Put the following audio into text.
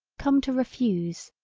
come to refuse,